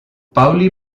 pauli